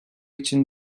için